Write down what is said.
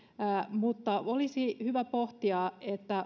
mutta olisi hyvä pohtia